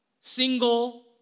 Single